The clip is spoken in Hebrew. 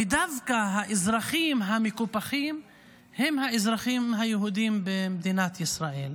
ודווקא האזרחים המקופחים הם האזרחים היהודים במדינת ישראל.